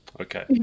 Okay